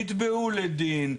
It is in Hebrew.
נתבעו לדין,